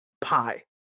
pie